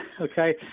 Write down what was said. okay